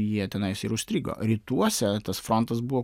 jie tenais ir užstrigo rytuose tas frontas buvo